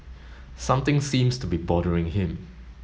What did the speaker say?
something seems to be bothering him